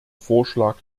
vorschlag